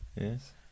Yes